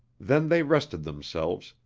then they rested themselves,